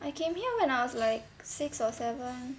I came here when I was like six or seven